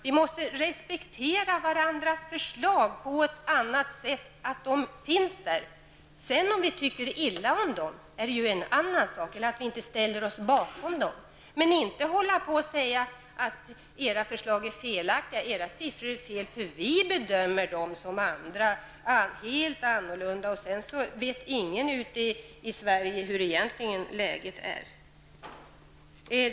Vi måste respektera varandras förslag på ett annat sätt, respektera att de finns. Att vi sedan tycker illa om förslagen eller inte ställer oss bakom dem är en annan sak. Men vi bör inte hålla på att säga att ''era förslag är felaktiga och era siffror är fel, eftersom vi bedömer dem annorlunda''. Sedan vet ingen ute i Sverige hurdant läget egentligen är.